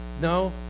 no